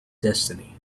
destiny